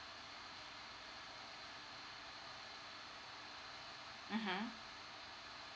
mmhmm